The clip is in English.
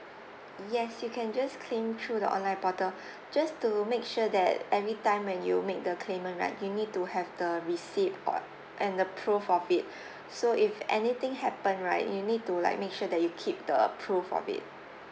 yes you can just claim through the online portal just to make sure that every time when you make the claimant right you need to have the receipt or and the proof of it so if anything happen right you need to like make sure that you keep the proof of it